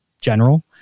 general